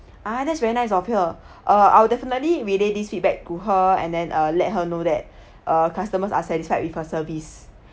ah that's very nice of her err I'll definitely relay this feedback to her and then uh let her know that uh customers are satisfied with her service